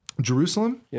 Jerusalem